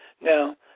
Now